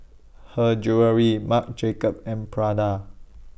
Her Jewellery Marc Jacobs and Prada